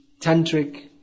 tantric